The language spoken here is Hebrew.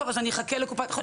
טוב, אז אני אחכה לקופת החולים?